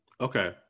Okay